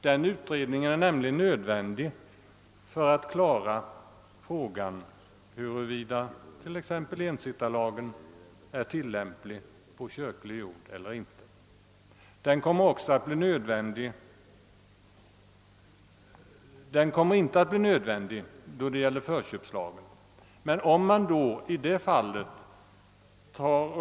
Den utredningen är nämligen nödvändig för att avgöra om t.ex. ensittarlagen är tilllämplig på kyrklig jord eller inte. Utredningen är dock inte nödvändig då det gäller förköpslagen.